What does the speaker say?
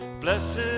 Blessed